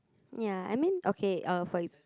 ya I mean okay uh for it